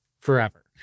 forever